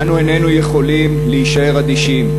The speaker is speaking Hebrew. אנו איננו יכולים להישאר אדישים.